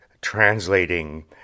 translating